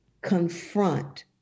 confront